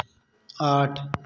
आठ